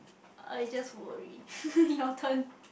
I just worry your turn